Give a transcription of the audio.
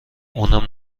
اونم